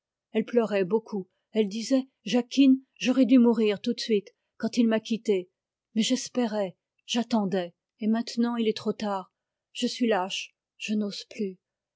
elle pleurait beaucoup elle disait jacquine j'aurais dû mourir tout de suite quand il m'a quittée mais j'espérais j'attendais et maintenant il est trop tard je suis lâche je n'ose plus